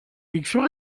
élections